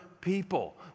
people